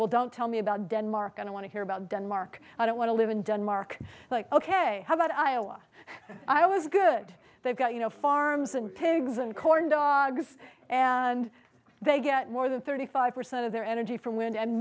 well don't tell me about denmark and i want to hear about denmark i don't want to live in denmark like ok how about iowa i was good they've got you know farms and pigs and corn dogs and they get more than thirty five percent of their energy from wind and